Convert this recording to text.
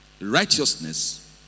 Righteousness